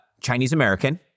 Chinese-American